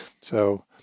So-